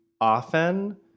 often